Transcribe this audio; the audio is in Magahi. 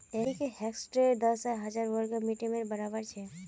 एक हेक्टर दस हजार वर्ग मिटरेर बड़ाबर छे